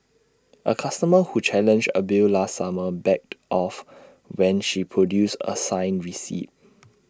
A customer who challenged A bill last summer backed off when she produced A signed receipt